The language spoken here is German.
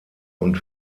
und